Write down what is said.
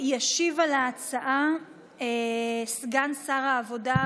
ישיב על ההצעה סגן שר העבודה,